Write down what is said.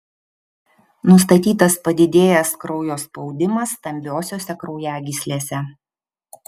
nustatytas padidėjęs kraujo spaudimas stambiosiose kraujagyslėse